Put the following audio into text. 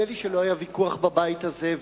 נדמה לי שלא היה ויכוח בבית הזה,